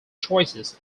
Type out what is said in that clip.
choices